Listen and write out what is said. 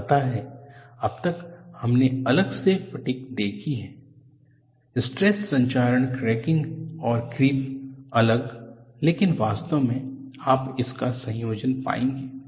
आपको पता है अब तक हमने अलग से फटिग देखी है स्ट्रेस संक्षारण क्रैकिंग और क्रीप अलग लेकिन वास्तव में आप इनका संयोजन पाएंगे